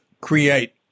create